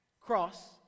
cross